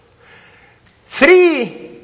Three